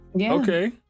Okay